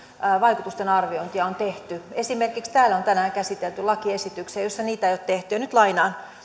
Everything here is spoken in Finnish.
vaikutusten arviointia on tehty esimerkiksi täällä on tänään käsitelty lakiesityksiä joissa niitä ei ole tehty ja nyt lainaan